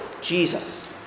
Jesus